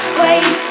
wait